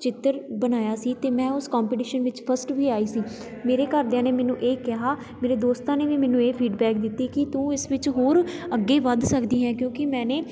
ਚਿੱਤਰ ਬਣਾਇਆ ਸੀ ਅਤੇ ਮੈਂ ਉਸ ਕੰਪੀਟੀਸ਼ਨ ਵਿੱਚ ਫਸਟ ਵੀ ਆਈ ਸੀ ਮੇਰੇ ਘਰਦਿਆਂ ਨੇ ਮੈਨੂੰ ਇਹ ਕਿਹਾ ਮੇਰੇ ਦੋਸਤਾਂ ਨੇ ਵੀ ਮੈਨੂੰ ਇਹ ਫੀਡਬੈਕ ਦਿੱਤੀ ਕਿ ਤੂੰ ਇਸ ਵਿੱਚ ਹੋਰ ਅੱਗੇ ਵੱਧ ਸਕਦੀ ਹੈ ਕਿਉਂਕਿ ਮੈਨੇ